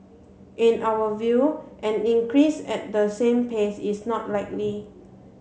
in our view an increase at the same pace is not likely